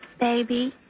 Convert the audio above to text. Baby